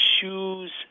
shoes